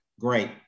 great